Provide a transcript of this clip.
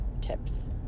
tips